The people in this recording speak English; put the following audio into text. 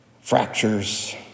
fractures